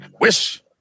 wish